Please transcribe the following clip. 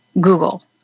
Google